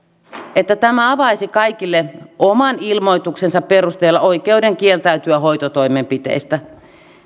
että tämä avaisi kaikille oman ilmoituksensa perusteella oikeuden kieltäytyä hoitotoimenpiteistä